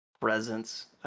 presence